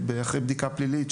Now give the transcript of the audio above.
אחרי בדיקה פלילית,